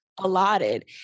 allotted